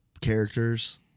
characters